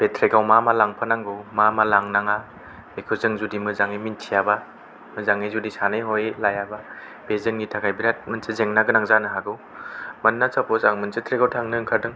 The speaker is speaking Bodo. बे ट्रेकआव मा मा लांफानांगौ मा मा लांनाङा बेखौ जों जुदि मोजांयै मोनथियाब्ला मोजांयै जुदि सानै हयै लायाबा बेयो जोंनि थाखाय बिराद मोनसे जेंना गोनां जानो हागौ मानोना साफोस आं मोनसे ट्रेक आव थांनो ओंखारदों